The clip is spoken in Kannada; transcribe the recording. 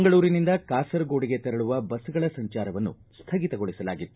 ಮಂಗಳೂರಿನಿಂದ ಕಾಸರಗೋಡಿಗೆ ತೆರಳುವ ಬಸ್ಗಳ ಸಂಚಾರವನ್ನು ಸ್ಥಗಿತಗೊಳಿಸಲಾಗಿತ್ತು